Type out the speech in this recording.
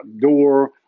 door